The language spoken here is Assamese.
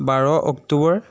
বাৰ অক্টোবৰ